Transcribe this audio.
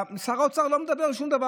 שר האוצר לא אומר שום דבר.